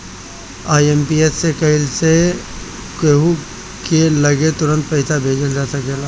IMPS से कइला से कहू की लगे तुरंते पईसा भेजल जा सकेला